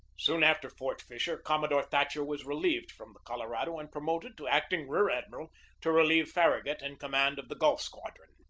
soon after fort fisher commodore thatcher was relieved from the colorado and promoted to act ing rear-admiral to relieve farragut in command of the gulf squadron.